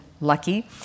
Lucky